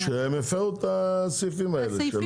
שהם הפרו את הסעיפים האלה?